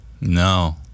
No